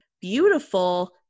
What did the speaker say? beautiful